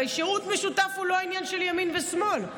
הרי שירות משותף הוא לא עניין של ימין ושמאל.